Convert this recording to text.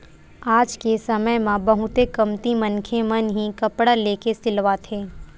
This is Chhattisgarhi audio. आज के समे म बहुते कमती मनखे मन ही कपड़ा लेके सिलवाथे